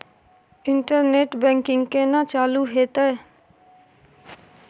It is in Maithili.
इंटरनेट बैंकिंग केना चालू हेते?